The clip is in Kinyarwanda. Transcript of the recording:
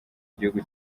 igihugu